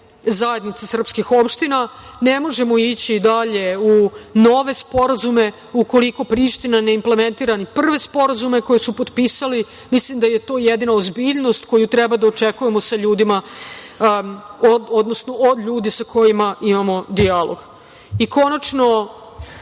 zajednica srpskih opština. Ne možemo ići dalje u nove sporazume ukoliko Priština ne implementira ni prve sporazume koje su potpisali. Mislim da je to jedina ozbiljnost koju treba da očekujemo od ljudi sa kojima imamo dijalog. Konačno,